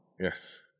Yes